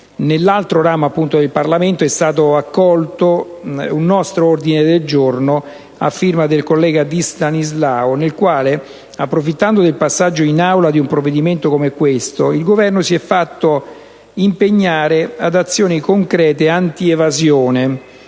Nell'altro ramo del Parlamento è stato accolto un nostro ordine del giorno a firma del collega Di Stanislao, nel quale, approfittando del passaggio in Aula di un provvedimento come questo, il Governo si è fatto impegnare ad azioni concrete anti-evasione